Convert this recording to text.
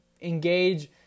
engage